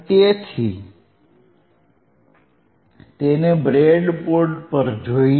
તેથી તેને બ્રેડબોર્ડ પર જોઈએ